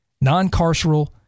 non-carceral